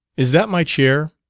is that my chair?